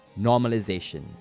Normalization